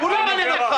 תעצור את התקציב.